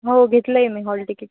हो घेतलं आहे मी हॉल टिकीट